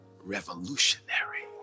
revolutionary